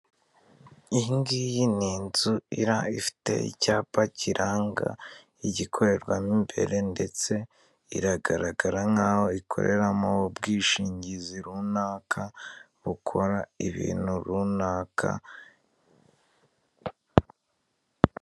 Iyi ngiyi ni inzu ifite icyapa kiranga igikorerwamo imbere ndetse iragaragara nk'aho ikorera mu bwishingizi runaka, bukora ibintu runaka.